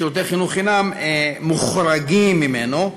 שירותי חינוך חינם, מוחרגים ממנו,